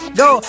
go